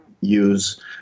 use